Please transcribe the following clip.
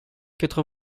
quatre